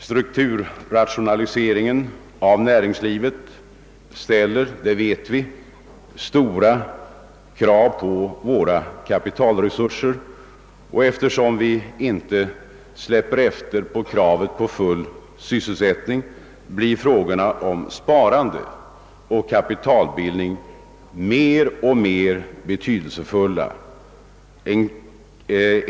Strukturrationaliseringen av näringslivet ställer, det vet vi, stora krav på våra kapitalresurser, och eftersom vi inte släpper efter på kravet på full sysselsättning, blir frågorna om sparande och kapitalbildning mer och mer betydelsefulla.